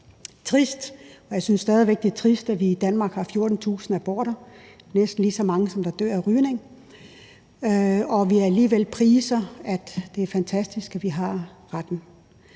trist, og jeg synes stadig væk, det er trist, at vi i Danmark har 14.000 aborter – det er næsten lige så mange, som der dør af rygning – og vi alligevel priser, at det er fantastisk, at vi har retten.